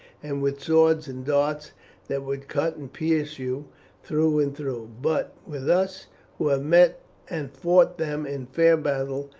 and with swords and darts that would cut and pierce you through and through? but with us who have met and fought them in fair battle,